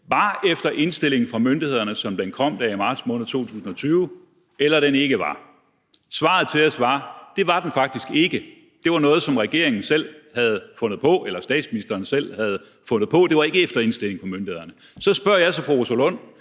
var efter indstilling fra myndighederne, eller om den ikke var. Svaret til os var: Det var den faktisk ikke. Det var noget, som regeringen selv havde fundet på, eller statsministeren selv havde fundet på. Det var ikke efter indstilling fra myndighederne. Så spørger jeg fru Rosa Lund: